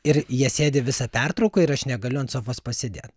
ir jie sėdi visą pertrauką ir aš negaliu ant sofos pasėdėt